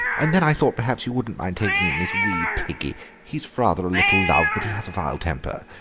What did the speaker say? and then i thought perhaps you wouldn't mind taking in this wee piggie he's rather a little love, but he has a vile temper.